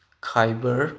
ꯈꯥꯏꯕꯔ